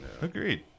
agreed